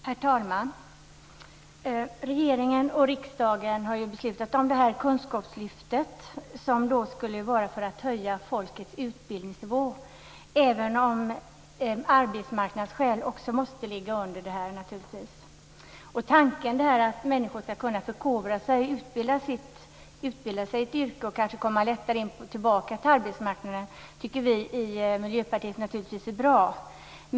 Herr talman! Regeringen och riksdagen har ju beslutat om det s.k. kunskapslyftet, som skulle vara till för att höja folkets utbildningsnivå, även om arbetsmarknadsskäl naturligtvis också måste ligga bakom. Tanken att människor skall kunna förkovra sig, utbilda sig i ett yrke och lättare komma tillbaka till arbetsmarknaden tycker vi i Miljöpartiet naturligtvis är bra.